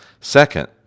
Second